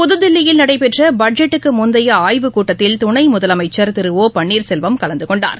புதுதில்லியில் நடைபெற்றபட்ஜெட்டுக்குமுந்தையஆய்வுக்கூட்டத்தில் துணைமுதலமைச்சர் திரு ஒ பன்னீர்செல்வம் கலந்துகொண்டார்